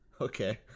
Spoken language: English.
Okay